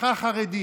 משפחה חרדית,